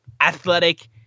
athletic